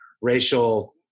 racial